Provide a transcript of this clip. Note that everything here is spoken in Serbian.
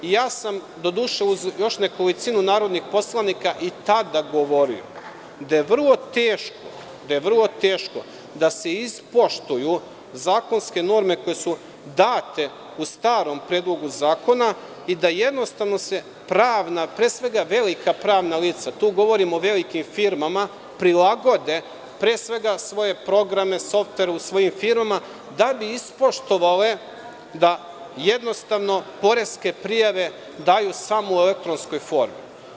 Ja sam, uz nekolicinu narodnih poslanika, i tada govorio, da je vrlo teško da se ispoštuju zakonske norme koje su date u starom Predlogu zakona i da jednostavno pravna, pre svega, velika pravna lica, tu govorim o velikim firmama, prilagode, pre svega, svoje programe, softere u svojim firmama, da bi ispoštovale da jednostavno poreske prijave daju samo u elektronskoj formi.